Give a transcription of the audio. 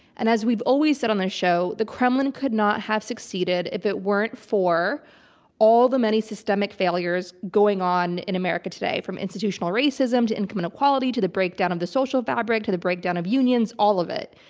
and as we've always said on the show, the kremlin could not have succeeded if it weren't for all the many systemic failures going on in america today, from institutional racism to income inequality, to the breakdown of the social fabric, to the breakdown of unions all of it.